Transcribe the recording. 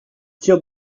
tire